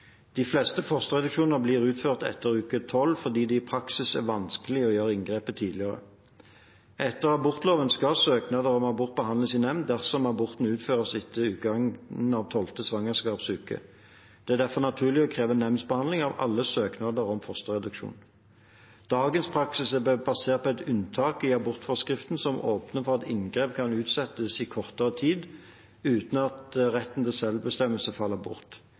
De fleste fosterreduksjoner blir utført etter uke tolv fordi det i praksis er vanskelig å gjøre inngrepet tidligere. Etter abortloven skal søknader om abort behandles i nemnd dersom aborten utføres etter utgangen av tolvte svangerskapsuke. Det er derfor naturlig å kreve nemndbehandling av alle søknader om fosterreduksjon. Dagens praksis er basert på et unntak i abortforskriften som åpner for at inngrepet kan utsettes i kortere tid uten at retten til selvbestemmelse faller bort.